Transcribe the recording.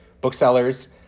booksellers